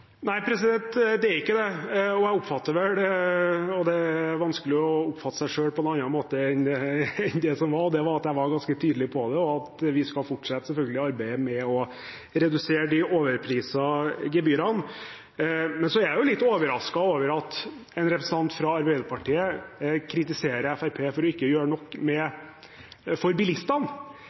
Nei, det er ikke det. Det er vanskelig å oppfatte seg selv på noen annen måte enn det som var, og det var at jeg var ganske tydelig på det: Vi skal selvfølgelig fortsette arbeidet med å redusere de overprisede gebyrene. Jeg er litt overrasket over at en representant fra Arbeiderpartiet kritiserer Fremskrittspartiet for ikke å gjøre nok for bilistene.